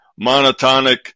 monotonic